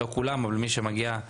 ומגיעים